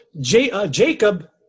Jacob